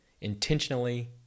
intentionally